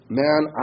man